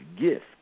gift